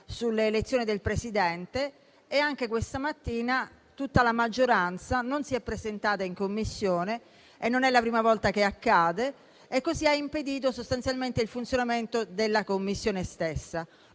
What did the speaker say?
di amministrazione. Anche questa mattina tutta la maggioranza non si è presentata in Commissione (non è la prima volta che accade), impedendo così sostanzialmente il funzionamento della Commissione stessa.